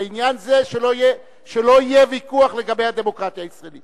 בעניין הזה שלא יהיה ויכוח לגבי הדמוקרטיה הישראלית.